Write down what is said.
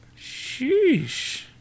Sheesh